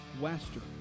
Western